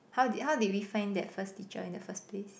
how did how did we find that first teacher in the first place